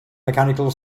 mechanical